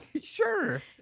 sure